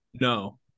No